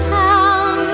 town